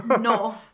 No